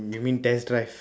you mean test drive